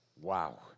Wow